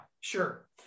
Sure